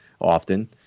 often